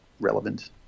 relevant